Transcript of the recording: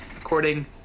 according